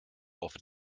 oft